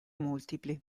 multipli